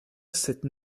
cette